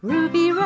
Ruby